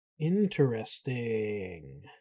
Interesting